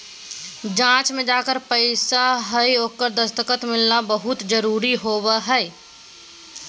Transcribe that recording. जाँच में जेकर पैसा हइ ओकर दस्खत मिलना बहुत जरूरी होबो हइ